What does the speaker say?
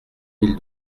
mille